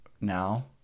now